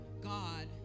God